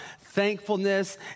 thankfulness